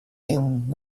and